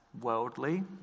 worldly